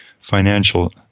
financial